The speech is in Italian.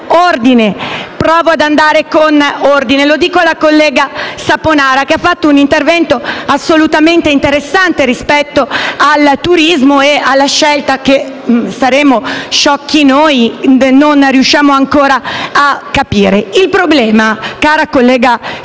Provo ad andare con ordine. Lo dico alla collega Saponara, che ha fatto un intervento assolutamente interessante rispetto al turismo e alla scelta che - saremo sciocchi noi - non riusciamo ancora a capire. Cara collega Saponara,